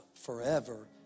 forever